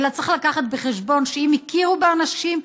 אלא צריך להביא בחשבון שאם הכירו באנשים,